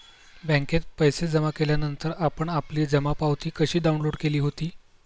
बँकेत पैसे जमा केल्यानंतर आपण आपली जमा पावती कशी डाउनलोड केली होती?